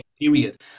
period